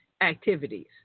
activities